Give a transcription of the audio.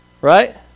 right